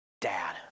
dad